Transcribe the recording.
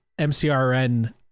mcrn